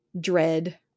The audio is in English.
dread